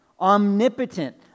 Omnipotent